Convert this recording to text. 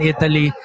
Italy